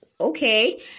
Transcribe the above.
okay